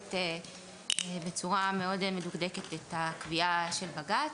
בצורה מדוקדקת את הקביעה של בג"ץ.